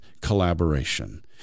collaboration